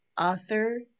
author